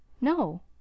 no